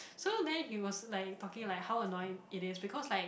so then he was like talking like how annoying it is because like